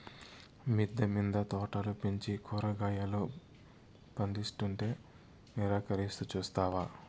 మిద్దె మింద తోటలు పెంచి కూరగాయలు పందిస్తుంటే నిరాకరిస్తూ చూస్తావా